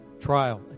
trial